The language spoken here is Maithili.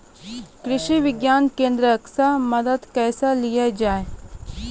कृषि विज्ञान केन्द्रऽक से मदद कैसे लिया जाय?